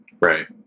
Right